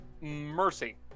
mercy